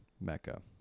mecca